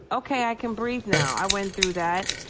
okay, i can breathe now. i went through that.